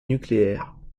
nucléaire